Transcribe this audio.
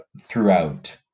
throughout